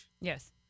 Yes